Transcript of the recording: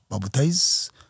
baptize